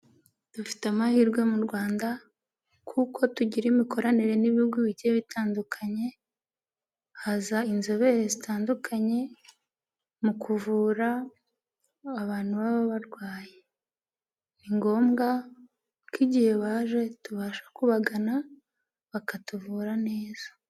Dufite amahirwe mu Rwanda kuko tugira imikoranire n'ibihugu bigiye bitandukanye, haza inzobere zitandukanye mu kuvura abantu baba barwaye, ni ngombwa ko igihe baje tubasha kubagana, bakatuvura neza.